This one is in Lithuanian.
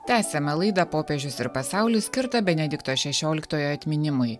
tęsiame laidą popiežius ir pasaulis skirtą benedikto šešioliktojo atminimui